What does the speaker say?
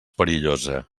perillosa